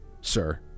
Sir